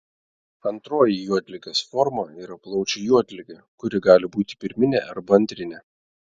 antroji juodligės forma yra plaučių juodligė kuri gali būti pirminė arba antrinė